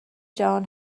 جهان